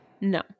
No